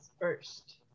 first